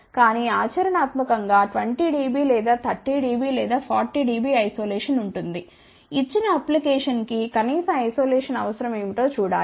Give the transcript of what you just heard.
కానీ ఆచరణాత్మకం గా 20 dB లేదా 30 dB లేదా 40 dB ఐసోలేషన్ ఉంటుంది ఇచ్చిన అప్లికేషన్ కి కనీస ఐసోలేషన్ అవసరం ఏమిటో చూడాలి